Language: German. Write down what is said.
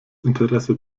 interesse